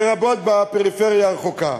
לרבות בפריפריה הרחוקה,